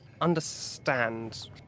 understand